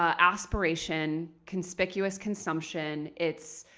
ah aspiration, conspicuous consumption. it's